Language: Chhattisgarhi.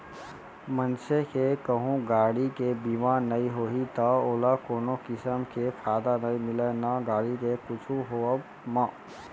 मनसे के कहूँ गाड़ी के बीमा नइ होही त ओला कोनो किसम के फायदा नइ मिलय ना गाड़ी के कुछु होवब म